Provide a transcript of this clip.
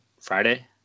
Friday